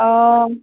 অঁ